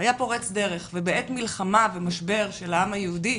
היה פורץ דרך, ובעת מלחמה ומשבר של העם היהודי